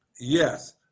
Yes